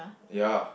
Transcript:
ya